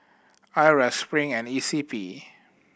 IRAS Spring and E C P